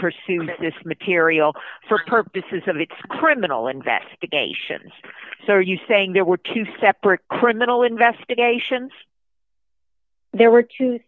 pursued this material for purposes of the criminal investigation so are you saying there were two separate criminal investigations there were two